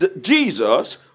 Jesus